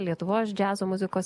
lietuvos džiazo muzikos